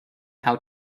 how